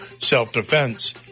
self-defense